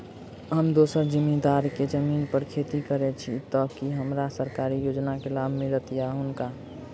हम दोसर जमींदार केँ जमीन पर खेती करै छी तऽ की हमरा सरकारी योजना केँ लाभ मीलतय या हुनका?